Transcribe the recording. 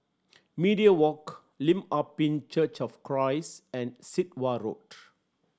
Media Walk Lim Ah Pin Church of Christ and Sit Wah Road